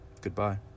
Goodbye